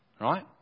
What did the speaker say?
right